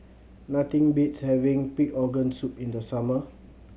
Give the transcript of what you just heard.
nothing beats having pig organ soup in the summer